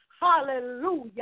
hallelujah